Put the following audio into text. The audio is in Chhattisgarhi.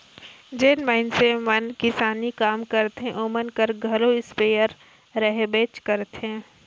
जेन मइनसे मन किसानी काम करथे ओमन कर घरे इस्पेयर रहबेच करथे